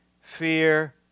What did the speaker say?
fear